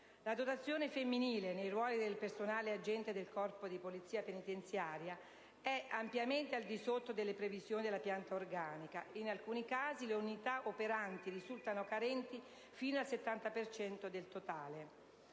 La dotazione femminile nei ruoli del personale agente del Corpo di polizia penitenziaria è ampiamente al di sotto delle previsioni della pianta organica, ed in taluni casi le unità operanti risultano carenti fino al 70 per cento